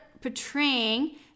portraying